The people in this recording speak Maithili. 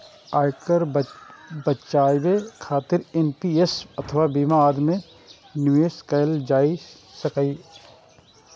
आयकर बचाबै खातिर एन.पी.एस अथवा बीमा आदि मे निवेश कैल जा सकैए